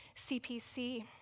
CPC